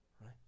Right